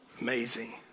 Amazing